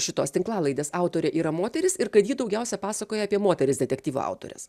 šitos tinklalaidės autorė yra moteris ir kad ji daugiausia pasakoja apie moteris detektyvų autorės